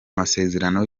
masezerano